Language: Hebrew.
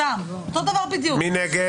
מי נגד?